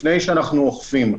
לפני שאנחנו אוכפים,